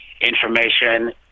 information